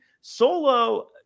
solo